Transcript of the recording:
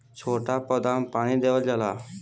छोट पौधा में पानी देवल जाला